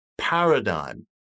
paradigm